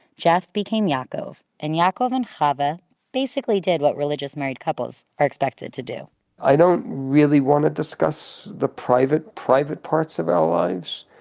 jeff became yaakov. and yaakov and chava basically did what religious married couples are expected to do i don't really want to discuss the private private parts of our lives.